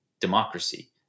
democracy